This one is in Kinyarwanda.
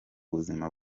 buzima